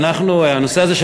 הנושא הזה,